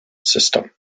system